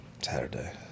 Saturday